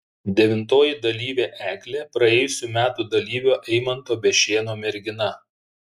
devintoji dalyvė eglė praėjusių metų dalyvio eimanto bešėno mergina